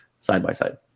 side-by-side